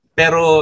pero